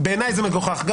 בעיניי זה מגוחך,